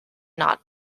not